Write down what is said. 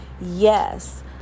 yes